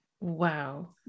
Wow